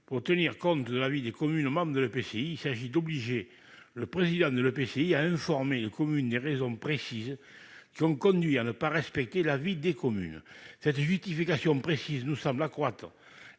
pour tenir compte de l'avis des communes membres de l'EPCI : il s'agit d'obliger le président de celui-ci à informer les communes des raisons précises qui ont conduit à ne pas respecter l'avis des communes. Cette justification précise nous semble accroître